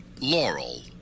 Laurel